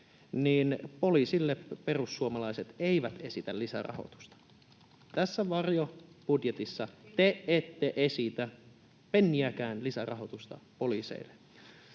poliisille perussuomalaiset eivät esitä lisärahoitusta. Tässä varjobudjetissa te ette esitä penniäkään lisärahoitusta poliiseille.